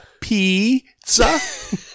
pizza